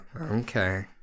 Okay